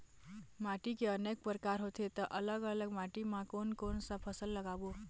माटी के अनेक प्रकार होथे ता अलग अलग माटी मा कोन कौन सा फसल लगाबो?